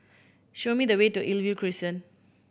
show me the way to Crescent